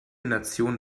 nation